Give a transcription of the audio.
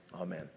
Amen